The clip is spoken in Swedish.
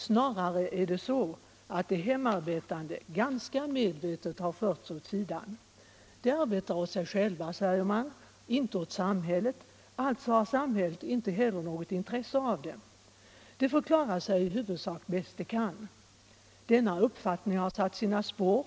Snarare är det så att de hemarbetande ganska medvetet har förts åt sidan. De arbetar åt sig själva, säger man, inte åt samhället. Alltså har samhället inte heller något intresse för dem. De får klara sig i huvudsak bäst de kan. Denna uppfattning har satt sina spår,